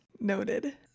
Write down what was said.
Noted